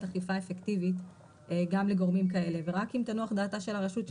אכיפה אפקטיבית גם לגורמים כאלה ורק אם תנוח דעתה של הרשות.